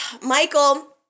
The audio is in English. Michael